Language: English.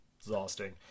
exhausting